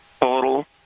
total